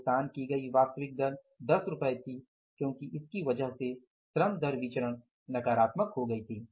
भुगतान की गई वास्तविक दर 10 रुपये थी क्योंकि इसकी वजह से श्रम दर विचरण नकारात्मक हो गई थी